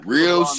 Real